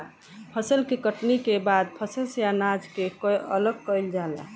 फसल के कटनी के बाद फसल से अनाज के अलग कईल जाला